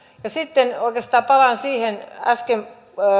sitten oikeastaan palaan siihen äsken